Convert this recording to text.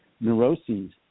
neuroses